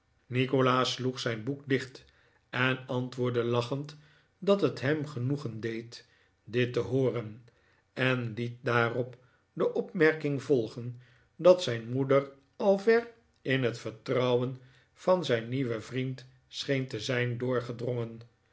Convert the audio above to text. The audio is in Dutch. nikolaas sloeg zijn boek dicht en antwoordde lachend dat het hem genoegen deed dit te hooren eh liet daarop de opmerking volgen dat zijn moeder al ver in het vertrouwen van zijn nieuwen vriend scheen te zijn doorgedrongen